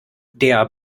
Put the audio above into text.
der